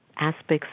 aspects